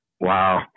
wow